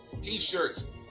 T-shirts